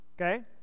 Okay